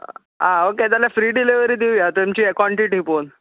हां ओके जाल्यार free delivery दिवयां तुमची कोन्टीटी पोवन